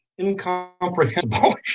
incomprehensible